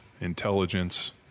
intelligence